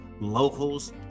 locals